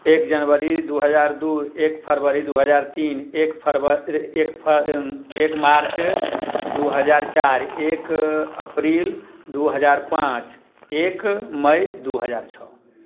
एक जनवरी दो हजार दो एक फरवरी दो हजार तीन एक एक मार्च दो हजार चार एक अप्रिल दो हजार पाँच एक मुई दो हजार छः